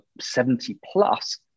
70-plus